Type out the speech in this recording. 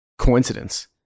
Coincidence